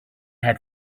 had